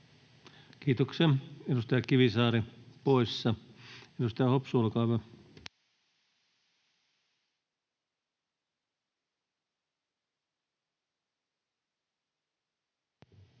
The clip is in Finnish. Kiitoksia. — Edustaja Kivisaari poissa. — Edustaja Hopsu, olkaa hyvä. Arvoisa